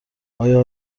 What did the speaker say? آیا